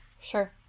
Sure